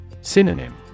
Synonym